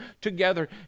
together